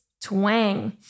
twang